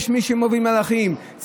יש מי שמוביל מהלכים.